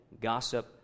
gossip